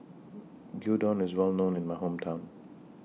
Gyudon IS Well known in My Hometown